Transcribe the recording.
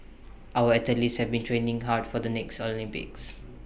our athletes have been training hard for the next Olympics